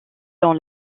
dans